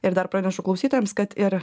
ir dar pranešu klausytojams kad ir